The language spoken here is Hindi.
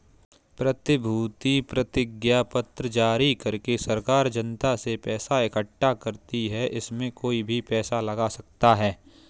प्रतिभूति प्रतिज्ञापत्र जारी करके सरकार जनता से पैसा इकठ्ठा करती है, इसमें कोई भी पैसा लगा सकता है